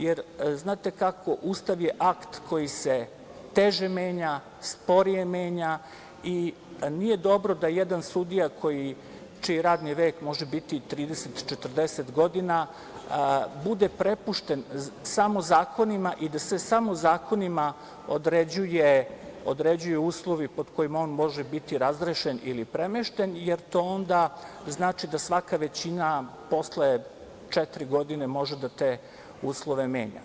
Jer, znate kako, Ustav je akt koji se teže menja, sporije menja i nije dobro da jedan sudija, čiji radni vek može biti i 30, 40 godina, bude prepušten samo zakonima i da se samo zakonima određuju uslovi pod kojima on može biti razrešen ili premešten, jer to onda znači da svaka većina posle četiri godine može da te uslove menja.